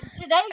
Today